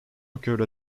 occurred